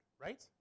right